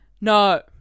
No